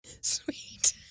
Sweet